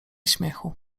śmiechu